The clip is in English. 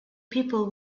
people